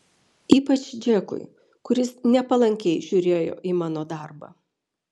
ypač džekui kuris nepalankiai žiūrėjo į mano darbą